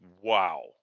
wow